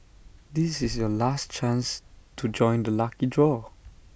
this is your last chance to join the lucky draw